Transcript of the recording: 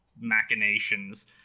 machinations